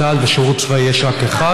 צה"ל ושירות צבאי יש רק אחד,